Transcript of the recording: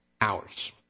hours